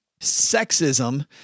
sexism